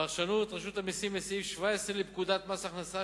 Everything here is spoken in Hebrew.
פרשנות רשות המסים לסעיף 17 לפקודת מס הכנסה,